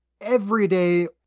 everyday